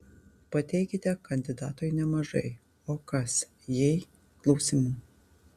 pateikite kandidatui nemažai o kas jei klausimų